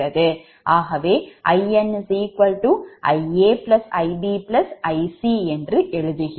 ஆகவே InIaIbIc இவ்வாறு எழுதுகிறோம்